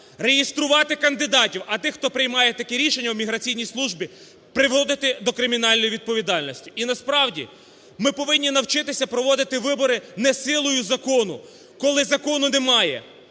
реєструвати кандидатів. А тих, хто приймає такі рішення в міграційній службі, приводити до кримінальної відповідальності. І насправді, ми повинні навчитися проводити вибори не силою закону, коли закону немає,